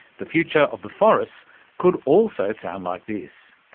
the future of the forest could also sound like this